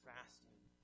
Fasting